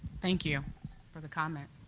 thank you for the comment.